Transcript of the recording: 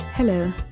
Hello